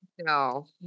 No